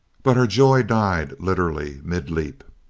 but her joy died, literally, mid-leap.